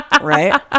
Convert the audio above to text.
Right